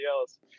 else